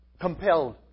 compelled